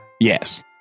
Yes